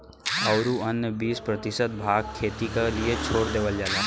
औरू अन्य बीस प्रतिशत भाग खेती क लिए छोड़ देवल जाला